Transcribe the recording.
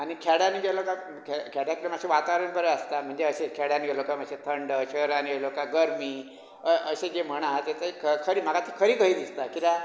आनी खेड्यांनी गेलो काय खेड्यांतले वातावरण बरें आसता म्हणजे खेड्यान गेलो काय मातशें थंड शहरान गेलो काय गरमी अशी जी म्हण आहा ती थंय ख् म्हाका खरी कशी दिसता कित्याक